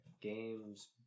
Games